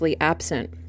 absent